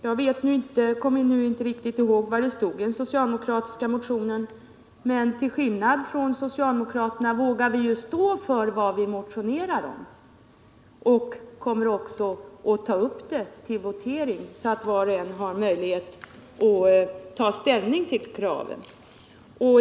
Jag kommer nu inte ihåg exakt vad som stod i den socialdemokratiska motionen, men till skillnad från socialdemokraterna vågar vi stå för det som vi motionerar om och kommer också att se till att det tas upp till votering, så att alla ledamöter i kammaren har möjlighet att ta ställning till våra krav.